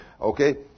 Okay